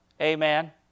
Amen